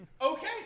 Okay